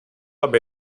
aby